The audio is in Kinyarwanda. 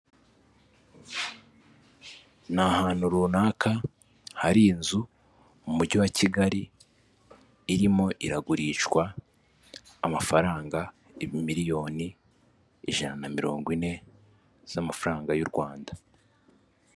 Ni ahantu runaka hari inzu mu mujyi wa Kigali, irimo iragurishwa amafaranga miliyoni ijana na mirongo ine z'amafaranga y'u Rwanda.